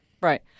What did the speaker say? Right